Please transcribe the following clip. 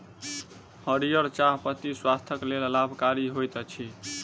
हरीयर चाह पत्ती स्वास्थ्यक लेल लाभकारी होइत अछि